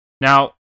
Now